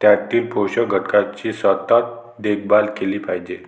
त्यातील पोषक घटकांची सतत देखभाल केली पाहिजे